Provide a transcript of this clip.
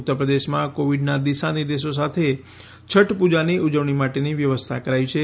ઉત્તર પ્રદેશમાં કોવિડના દિશા નિર્દેશો સાથે છઠ પુજાની ઉજવણી માટેની વ્યવસ્થા કરાઈ છે